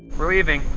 we're leaving.